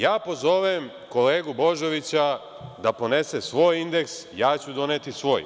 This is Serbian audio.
Ja pozovem kolegu Božovića da ponese svoj indeks, ja ću doneti svoj.